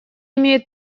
имеет